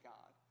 God